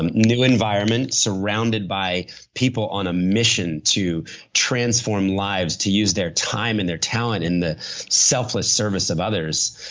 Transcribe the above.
um new environment, surrounded by people on a mission to transform lives, to use their time and their talent in the selfless service of others.